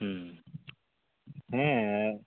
ᱦᱮᱸ